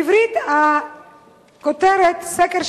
בעברית הכותרת היא: סקר,